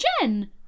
Jen